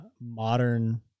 modern